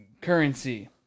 currency